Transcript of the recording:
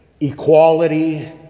equality